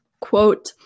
Quote